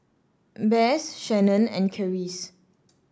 Besse Shannen and Karis